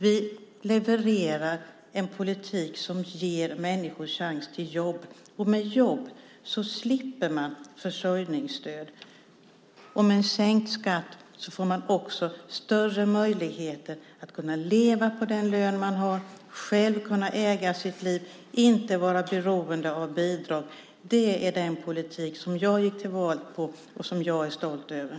Vi levererar en politik som ger människor chans till jobb. Med jobb slipper de försörjningsstöd. Med sänkt skatt får de också större möjligheter att leva på den lön de har, själv kunna äga sitt liv och inte vara beroende av bidrag. Det är den politik som jag gick till val på och som jag är stolt över.